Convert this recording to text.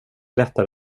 lättare